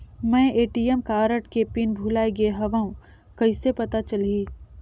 मैं ATM card के pin भुलाए गे हववं कइसे पता चलही?